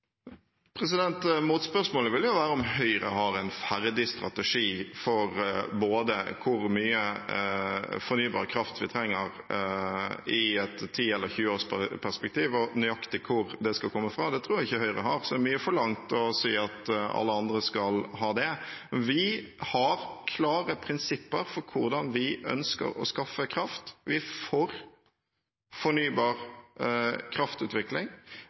vil være om Høyre har en ferdig strategi for både hvor mye fornybar kraft vi trenger i et 10- eller 20-års perspektiv, og nøyaktig hvor det skal komme fra. Det tror jeg ikke Høyre har. Det er mye forlangt at alle andre skal ha det. Vi har klare prinsipper for hvordan vi ønsker å skaffe kraft. Vi er for fornybar